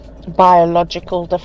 biological